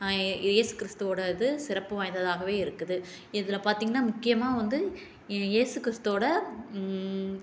ஏசு கிறிஸ்துவோடு இது சிறப்பு வாய்ந்ததாகவே இருக்குது இதில் பார்த்திங்ன்னா முக்கியமாக வந்து ஏசு கிறிஸ்துவோட